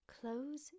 Close